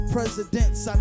Presidents